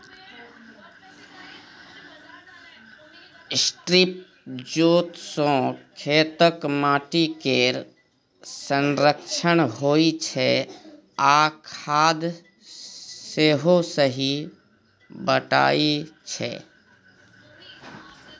strip जोत सँ खेतक माटि केर संरक्षण होइ छै आ खाद सेहो सही बटाइ छै